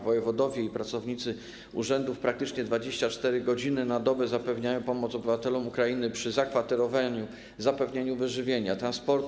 Wojewodowie i pracownicy urzędów praktycznie 24 godziny na dobę zapewniają pomoc obywatelom Ukrainy przy zakwaterowaniu, zapewnieniu wyżywienia, transportu.